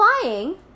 flying